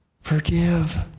forgive